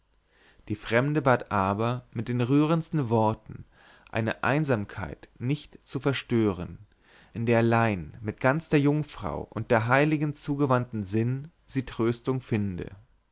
die fremde bat aber mit den rührendsten worten eine einsamkeit nicht zu verstören in der allein mit ganz der jungfrau und den heiligen zugewandtem sinn sie tröstung finde